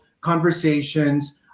conversations